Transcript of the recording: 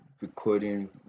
recording